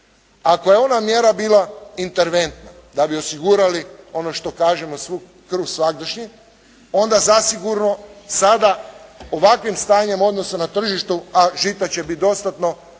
Ako je ona mjera bila interventna da bi osigurali, ono što kažemo kruh svagdašnji, onda zasigurno sada ovakvim stanjem odnosa na tržištu, a žita će biti dostatno,